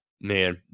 man